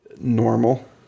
normal